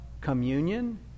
communion